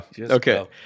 okay